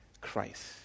Christ